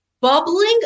bubbling